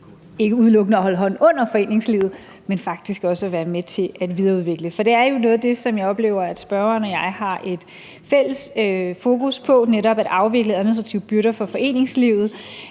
ikke udelukkende at holde hånden under foreningslivet, men faktisk også at være med til at videreudvikle det, for det er jo noget af det, som jeg oplever at spørgeren og jeg har et fælles fokus på: netop at afvikle administrative byrder for foreningslivet.